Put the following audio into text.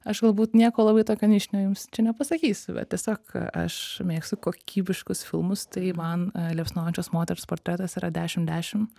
aš galbūt nieko labai tokio nišinio jums čia nepasakysiu bet tiesiog aš mėgstu kokybiškus filmus tai man liepsnojančios moters portretas yra dešim dešim